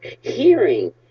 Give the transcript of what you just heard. hearing